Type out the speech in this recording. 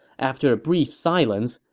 after a brief silence,